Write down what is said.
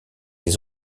les